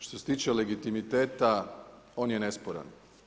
Što se tiče legitimiteta, on je nesporan.